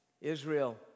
Israel